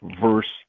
verse